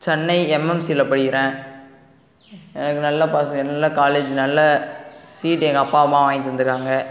சென்னை எம்எம்சியில் படிக்கிறேன் எனக்கு நல்ல பசங்க நல்ல காலேஜ் நல்ல சீட் எங்கள் அப்பா அம்மா வாங்கி தந்துருக்காங்க